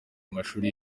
mashuri